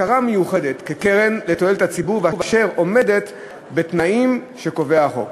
הכרה מיוחדת כקרן לתועלת הציבור ועומדת בתנאים שקובע החוק.